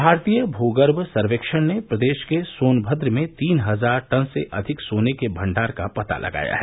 भारतीय भूगर्भ सर्वेक्षण ने प्रदेश के सोनभद्र में तीन हजार टन से अधिक सोने के भंडार का पता लगाया है